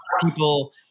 people